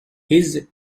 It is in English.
his